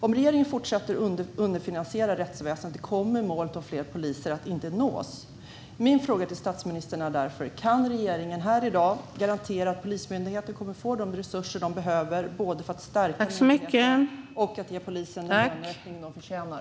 Om regeringen fortsätter att underfinansiera rättsväsendet kommer målet om fler poliser inte att nås. Min fråga till statsministern är därför: Kan regeringen här i dag garantera att Polismyndigheten kommer att få de resurser man behöver för att stärka myndigheten och ge poliserna den löneökning de förtjänar?